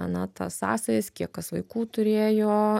na tas sąsajas kiek kas vaikų turėjo